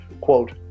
Quote